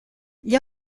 gli